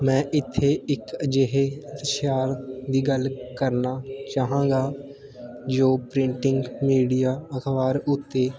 ਮੈਂ ਇੱਥੇ ਇੱਕ ਅਜਿਹੇ ਇਸ਼ਤਿਹਾਰ ਦੀ ਗੱਲ ਕਰਨਾ ਚਾਹਾਂਗਾ ਜੋ ਪ੍ਰਿੰਟਿੰਗ ਮੀਡੀਆ ਅਖ਼ਬਾਰ ਉੱਤੇ